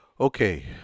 Okay